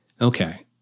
Okay